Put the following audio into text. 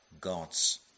God's